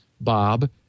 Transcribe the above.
Bob